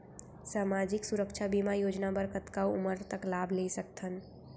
सामाजिक सुरक्षा बीमा योजना बर कतका उमर तक लाभ ले सकथन?